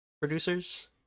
producers